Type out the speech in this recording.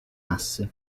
asse